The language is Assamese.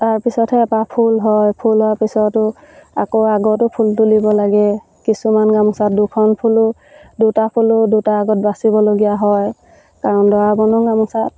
তাৰপিছতহে এপাহ ফুল হয় ফুল হোৱা পিছতো আকৌ আগতো ফুল তুলিব লাগে কিছুমান গামোচাত দুখন ফুলো দুটা ফুলো দুটা আগত বাচিবলগীয়া হয় কাৰণ দৰা বৰণৰ গামোচাত